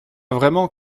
vraiment